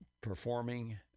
performing